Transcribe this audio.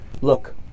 look